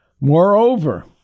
Moreover